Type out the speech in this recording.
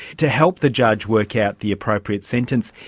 to help the judge work out the appropriate sentence.